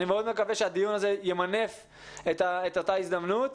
אני מקווה מאוד שהדיון הזה ימנף את אותה הזדמנות.